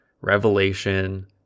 revelation